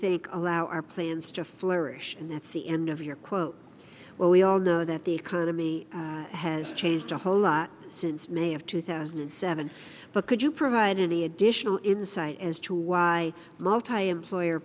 think allow our plans to flourish and that's the end of your quote where we all know that the economy has changed a whole lot since may of two thousand and seven but could you provide any additional insight as to why multi employer